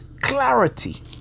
clarity